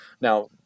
Now